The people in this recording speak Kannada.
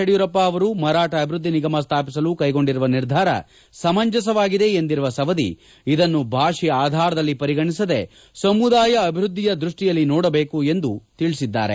ಯಡಿಯೂರಪ್ಪ ಅವರು ಮರಾಠ ಅಭಿವೃದ್ಧಿ ನಿಗಮ ಸ್ಥಾಪಿಸಲು ಕೈಗೊಂಡಿರುವ ನಿರ್ಧಾರ ಸಮಂಜಸವಾಗಿದೆ ಎಂದಿರುವ ಸವದಿ ಇದನ್ನು ಭಾಷೆಯ ಆಧಾರದಲ್ಲಿ ಪರಿಗಣಿಸದೇ ಸಮುದಾಯ ಅಭಿವೃದ್ದಿಯ ದೃಷ್ಠಿಯಲ್ಲಿ ನೋಡಬೇಕು ಎಂದು ಸಚಿವ ಲಕ್ಷ್ಮಣ ಸವದಿ ಹೇಳಿದ್ದಾರೆ